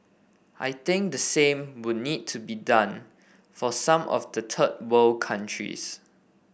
I think the same would need to be done for some of the third world countries